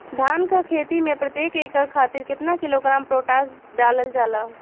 धान क खेती में प्रत्येक एकड़ खातिर कितना किलोग्राम पोटाश डालल जाला?